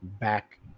back